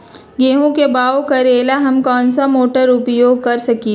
गेंहू के बाओ करेला हम कौन सा मोटर उपयोग कर सकींले?